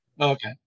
Okay